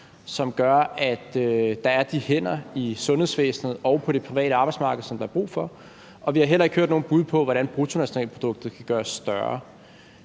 som gør, at der er de hænder i sundhedsvæsenet og på det private arbejdsmarked, som der er brug for, og vi har heller ikke hørt nogen bud på, hvordan bruttonationalproduktet kan gøres større.